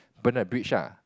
burn the bridge ah